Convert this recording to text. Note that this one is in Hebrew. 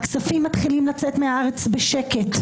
הכספים מתחילים לצאת מהארץ בשקט.